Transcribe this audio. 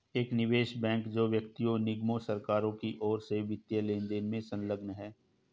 एक निवेश बैंक जो व्यक्तियों निगमों और सरकारों की ओर से वित्तीय लेनदेन में संलग्न है